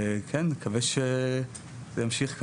וכן, נקווה שימשיך ככה.